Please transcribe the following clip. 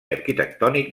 arquitectònic